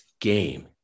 game